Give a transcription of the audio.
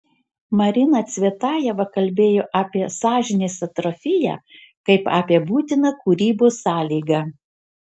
marina cvetajeva kalbėjo apie sąžinės atrofiją kaip apie būtiną kūrybos sąlygą